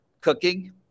cooking